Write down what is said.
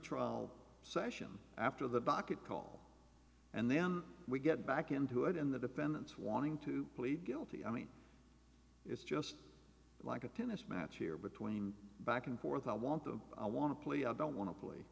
trial session after the docket cult and then we get back into it in the defendant's wanting to plead guilty i mean it's just like a penis match here between back and forth i want to i want to play i don't want to play